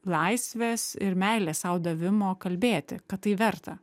laisvės ir meilės sau davimo kalbėti kad tai verta